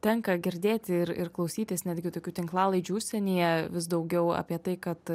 tenka girdėti ir ir klausytis netgi tokių tinklalaidžių užsienyje vis daugiau apie tai kad